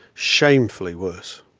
shamefully worse!